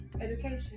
Education